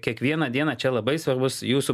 kiekvieną dieną čia labai svarbus jūsų